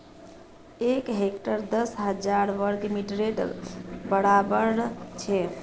एक हेक्टर दस हजार वर्ग मिटरेर बड़ाबर छे